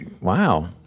wow